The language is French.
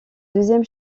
deuxième